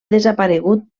desaparegut